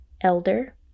elder